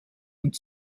und